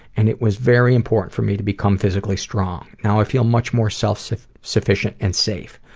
and it was very important for me to become physically strong. now i feel much more self-sufficient self-sufficient and safe.